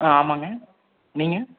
ஆ ஆமாங்க நீங்கள்